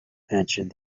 answered